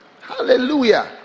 Hallelujah